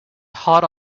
hot